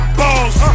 balls